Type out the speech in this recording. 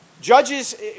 Judges